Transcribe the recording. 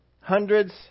hundreds